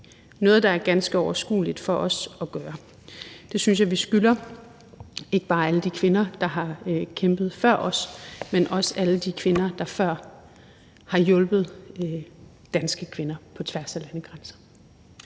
noget, der er ganske overskueligt for os at gøre. Det synes jeg vi skylder ikke bare alle de kvinder, der har kæmpet før os, men også alle de kvinder, der før har hjulpet danske kvinder på tværs af landegrænser.